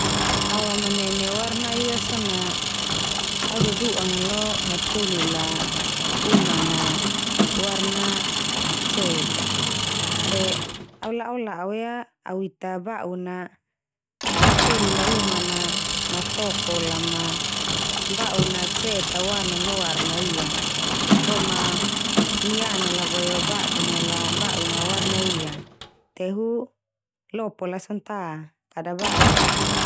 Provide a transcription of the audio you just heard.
Awamanene warna ia so na au duduan nga lo hatoli la uman na warna cet a te au la'o-la'o ia awita ba'un na hatoli la uman na ma toko la ma ba'un na cet warnan lo warna ia. Boe ma niana la bo warna na ba'un na lo warna ia, te hu lopo la son ta, kada badu la.